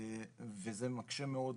וזה מקשה מאוד